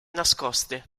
nascoste